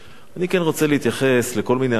אני כן רוצה להתייחס לכל מיני אמירות,